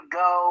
go